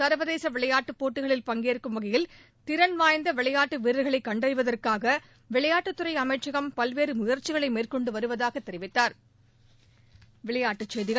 சா்வதேச விளையாட்டுப் போட்டிகளில் பங்கேற்கும் வகையில் திறன்வாய்ந்த விளையாட்டு வீரர்களை கண்டறிவதற்காக விளையாட்டுத்துறை அமைச்சகம் பல்வேறு முயற்சிகளை மேற்கொண்டு வருவதாகத் தெரிவித்தாா்